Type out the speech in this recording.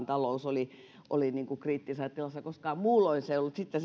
talous oli oli kriittisessä tilassa koskaan muulloin se ei ollut sitten